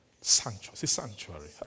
sanctuary